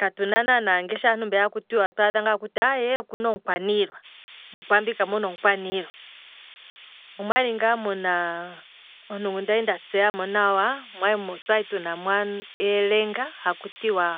Katuna naana ngaashi aantu mbeya hakuti otuna omukwanilwa, muukwambi kamuna omukwaniilwa, omwali ngaa muna, omuntu ngu kwali nda dhidhilika mo, omwali muna ngaa elenga haku tiwa